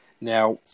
now